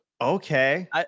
Okay